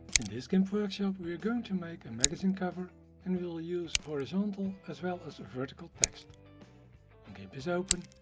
in this gimp workshop, we are going to make a magazine cover and we will use horizontal as well as vertical text. when gimp is open,